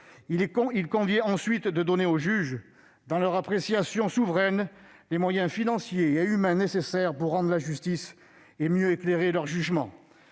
Il convient ensuite de donner aux juges, dans leur appréciation souveraine, les moyens financiers et humains nécessaires pour rendre la justice et mieux éclairer leur jugement.